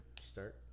start